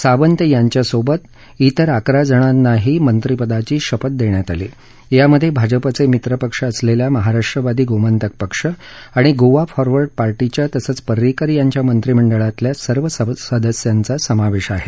सावंत यांच्यासोबत अन्य अकरा जणांनाही मंत्रीपदाची शपथ देण्यात आली यामध्ये भाजपचे मित्र पक्ष असलेल्या महाराष्ट्रवादी गोमंतक पक्ष आणि गोवा फॉरवर्ड पार्टीच्या तसंच पर्रीकर यांच्या मंत्रीमंडळातल्या सर्व सदस्यांचा समावेश आहे